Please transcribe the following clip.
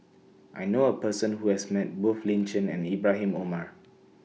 I know A Person Who has Met Both Lin Chen and Ibrahim Omar